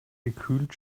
gekühlt